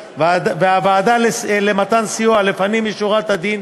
והוועדה למתן סיוע לפנים משורת הדין